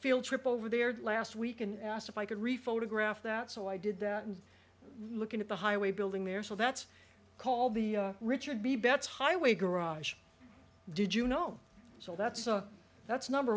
field trip over there last week and asked if i could rephotograph that so i did that and looking at the highway building there so that's called the richard b betts highway garage did you know so that's a that's number